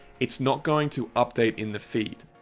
it's not going to update in the feed.